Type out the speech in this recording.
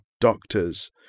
doctors